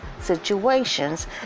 situations